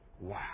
Wow